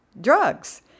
drugs